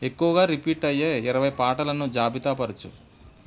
ఎక్కువగా రిపీట్ అయ్యే ఇరవై పాటలను జాబితా పరచు